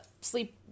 sleep